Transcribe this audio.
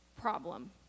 problem